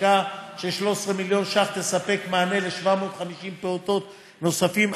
השקעה של 13 מיליון שקל תספק מענה ל-750 פעוטות נוספים.